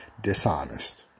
dishonest